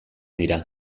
dira